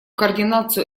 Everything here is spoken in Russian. координацию